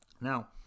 Now